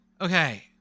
Okay